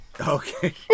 Okay